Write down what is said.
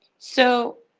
so,